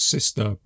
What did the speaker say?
Sister